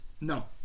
No